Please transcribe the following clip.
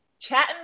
chatting